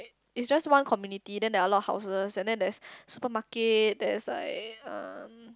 it's just one community then there are a lot houses and then that's supermarket there is like um